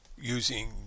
using